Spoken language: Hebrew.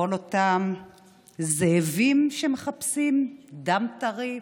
לכל אותם זאבים שמחפשים דם טרי,